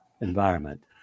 environment